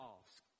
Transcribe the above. ask